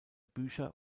bücher